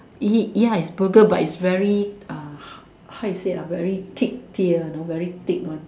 y~ ya is burger but very uh how you say lah very thick tier you know very thick one